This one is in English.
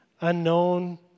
unknown